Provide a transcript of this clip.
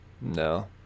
No